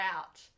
out